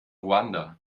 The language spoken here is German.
ruanda